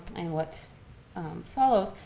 and what follows,